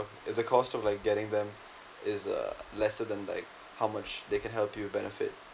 um at the cost of like getting them is uh lesser than like how much they can help you benefit